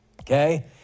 Okay